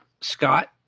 Scott